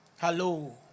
Hello